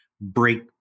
break